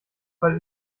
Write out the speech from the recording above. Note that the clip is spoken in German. fall